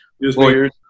lawyers